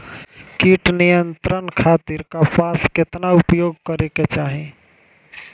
कीट नियंत्रण खातिर कपास केतना उपयोग करे के चाहीं?